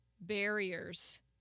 barriers